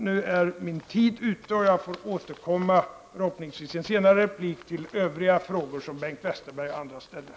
Nu är min tid ute och jag får förhoppningsvis i en senare replik återkomma till övriga frågor som Bengt Westerberg och andra ställt.